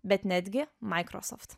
bet netgi microsoft